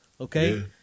Okay